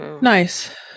nice